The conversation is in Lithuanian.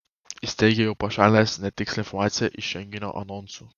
jis teigė jau pašalinęs netikslią informaciją iš renginio anonsų